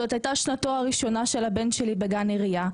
זאת הייתה שנתו הראשונה של הבן שלי בגן עירייה,